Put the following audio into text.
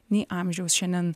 nei amžiaus šiandien